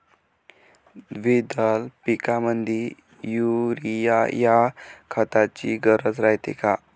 द्विदल पिकामंदी युरीया या खताची गरज रायते का?